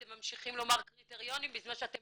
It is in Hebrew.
אתם ממשיכים לומר קריטריונים בזמן שאתם